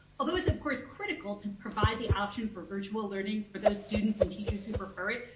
although it's of course critical to provide the option for virtual learning for those students and teachers who prefer it.